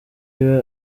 iwe